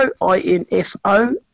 I-N-F-O